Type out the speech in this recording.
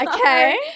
Okay